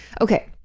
Okay